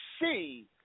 see